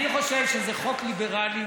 אני חושב שזה חוק ליברלי,